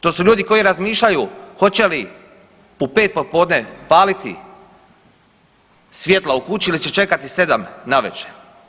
To su ljudi koji razmišljaju hoće li u pet popodne paliti svjetla u kući ili će čekati 7 navečer.